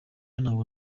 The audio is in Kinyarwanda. ntabwo